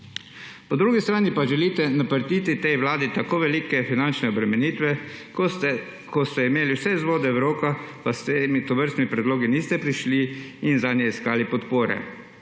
Po drugi strani pa želite naprtiti tej vladi tako velike finančne obremenitve. Ko ste imeli vse vzvode v rokah, pa s tovrstnimi predlogi niste prišli in zanje iskali podpore.